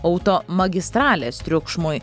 auto magistralės triukšmui